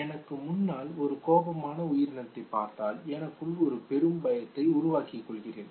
எனக்கு முன்னால் ஒரு கோபமான உயிரினத்தைப் பார்த்தால் எனக்குள் ஒரு பெரும் பயத்தை உருவாக்கிக் கொள்கிறேன்